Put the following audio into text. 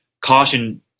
caution